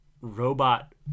robot